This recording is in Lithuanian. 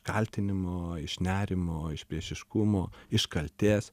kaltinimo iš nerimo iš priešiškumo iš kaltės